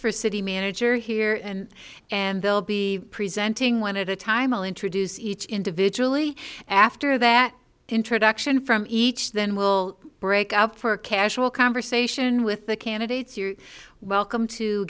for city manager here and and they'll be presenting when a time i'll introduce each individually after that introduction from each then we'll break out for a casual conversation with the candidates you're welcome to